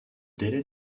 délai